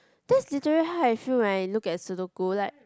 that's literally how I feel when I look at Sudoku like